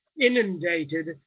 inundated